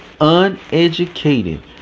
uneducated